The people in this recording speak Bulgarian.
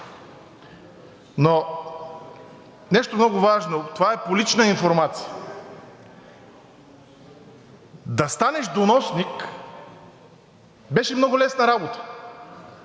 Но нещо много важно, това е по лична информация. Да станеш доносник беше много лесна работа